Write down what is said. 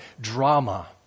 drama